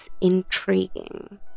intriguing